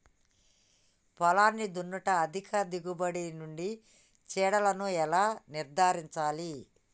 పొలాన్ని దున్నుట అధిక దిగుబడి నుండి చీడలను ఎలా నిర్ధారించాలి?